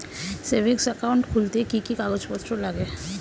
Savings account খুলতে কি কি কাগজপত্র লাগে?